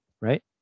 right